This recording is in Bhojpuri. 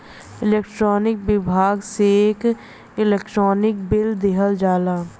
इलेक्ट्रानिक विभाग से एक इलेक्ट्रानिक बिल दिहल जाला